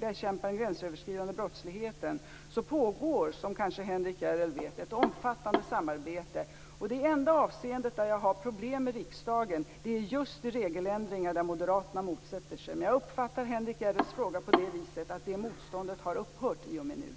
bekämpningen av den gränsöverskridande brottsligheten pågår det, som Henrik Järrel kanske vet, ett omfattande samarbete. Det enda avseende där jag har problem med riksdagen är just vid regeländringar som moderaterna motsätter sig. Jag uppfattar dock Henrik Järrels fråga på det viset att det motståndet fr.o.m. nu har upphört.